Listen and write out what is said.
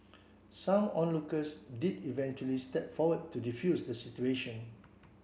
some onlookers did eventually step forward to defuse the situation